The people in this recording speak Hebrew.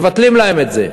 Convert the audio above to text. מבטלים להן את זה.